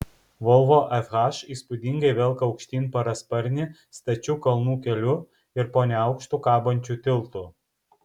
volvo fh įspūdingai velka aukštyn parasparnį stačiu kalnų keliu ir po neaukštu kabančiu tiltu